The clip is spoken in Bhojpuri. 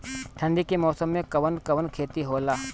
ठंडी के मौसम में कवन कवन खेती होला?